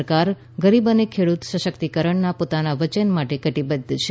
સરકાર ગરીબ અને ખેડૂત સશક્તિકરણના પોતાના વચન માટે કટિબદ્ધ છે